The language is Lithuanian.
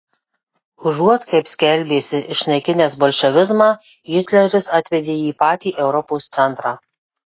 užuot kaip skelbėsi išnaikinęs bolševizmą hitleris atvedė jį į patį europos centrą